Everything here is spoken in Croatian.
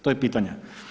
To je pitanje.